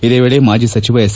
ಇದೇ ವೇಳೆ ಮಾಜಿ ಸಚಿವ ಎಸ್